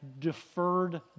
deferred